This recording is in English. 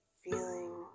feeling